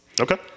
Okay